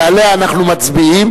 ועליה אנחנו מצביעים,